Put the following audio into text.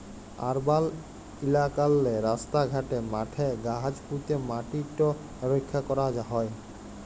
আরবাল ইলাকাললে রাস্তা ঘাটে, মাঠে গাহাচ প্যুঁতে ম্যাটিট রখ্যা ক্যরা হ্যয়